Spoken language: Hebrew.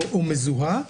או מזוהה,